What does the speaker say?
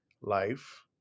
life